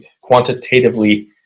quantitatively